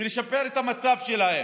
ולשפר את המצב שלהם,